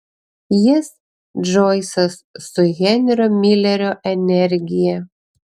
jis džoisas su henrio milerio energija